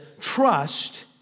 trust